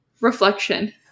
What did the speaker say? Reflection